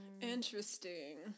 interesting